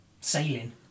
sailing